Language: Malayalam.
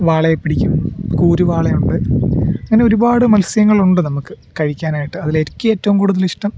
വാളയെ പിടിക്കും കൂരുവാളയുണ്ട് അങ്ങനെ ഒരുപാട് മത്സ്യങ്ങൾ ഉണ്ട് നമുക്ക് കഴിക്കാനായിട്ട് അതിൽ എനിക്ക് കൂടുതലിഷ്ടം